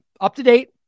up-to-date